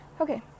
Okay